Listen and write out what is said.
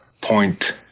point